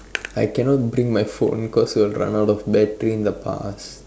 I cannot bring my phone because it will run out of battery in the past